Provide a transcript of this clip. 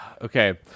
okay